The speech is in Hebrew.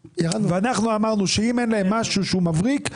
ואנחנו אמרנו שאם אין להם משהו שהוא מבריק,